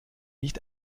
nicht